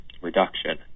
reduction